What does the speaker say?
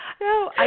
No